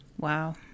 Wow